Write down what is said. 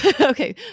Okay